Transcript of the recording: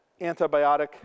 antibiotic